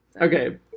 Okay